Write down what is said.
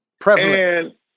Prevalent